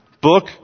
book